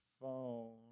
phone